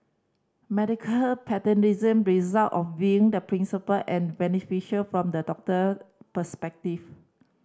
medical paternalism result of viewing the principle and beneficial from the doctor perspective